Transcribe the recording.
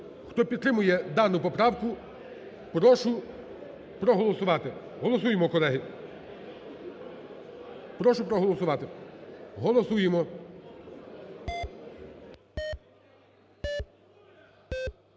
Хто підтримує дану поправку, прошу проголосувати. Голосуємо, колеги. Прошу проголосувати. Голосуємо.